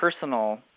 personal